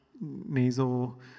nasal